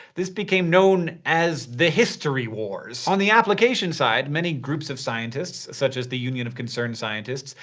this became known as the history wars! on the application-side, many groups of scientists, such as the union of concerned scientists,